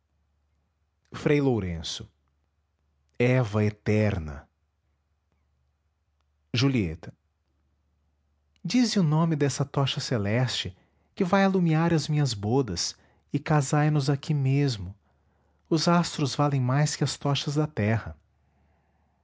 frei lourenço eva eterna julieta dize o nome dessa tocha celeste que vai alumiar as minhas bodas e casai nos aqui mesmo os astros valem mais que as tochas da terra